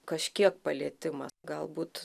kažkiek palietimą galbūt